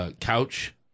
couch